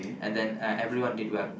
and then everyone did well